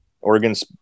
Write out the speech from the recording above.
Oregon's